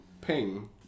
ping